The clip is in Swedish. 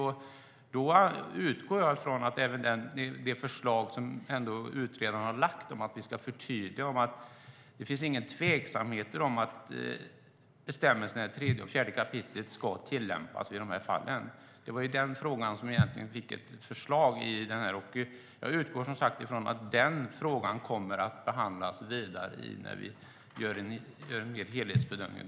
Jag utgår från det förslag som utredaren har lagt fram om att vi ska förtydliga. Det finns inga tveksamheter om hur bestämmelserna i 3 och 4 kap. ska tillämpas i dessa fall. Det är i den frågan vi fick ett förslag. Jag utgår från att den frågan kommer att behandlas vidare när vi gör en helhetsbedömning.